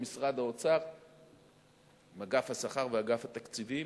ומשרד האוצר עם אגף השכר ואגף התקציבים,